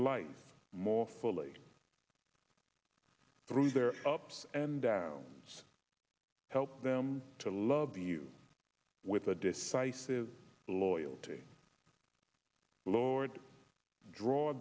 life more fully through their ups and downs help them to love you with a decisive loyalty the lord draw